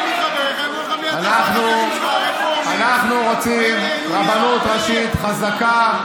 אנחנו רוצים רבנות ראשית חזקה,